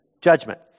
judgment